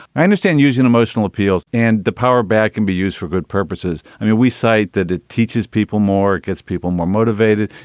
i understand using emotional appeals and the power back can be used for good purposes. i mean, we cite that it teaches people more, gives people more motivated.